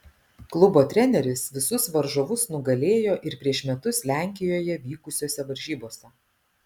klubo treneris visus varžovus nugalėjo ir prieš metus lenkijoje vykusiose varžybose